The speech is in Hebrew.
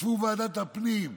ישבה ועדת הפנים,